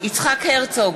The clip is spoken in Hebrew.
יצחק הרצוג,